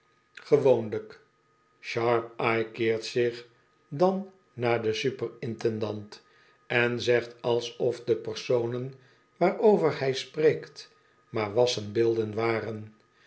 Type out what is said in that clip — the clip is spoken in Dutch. sharpeye keert zich dan naar den superintendant en zegt alsof de personen waarover hij spreekt maar wassen beelden waren